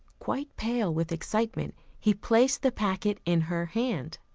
quite pale with excitement, he placed the packet in her hand.